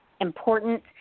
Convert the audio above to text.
important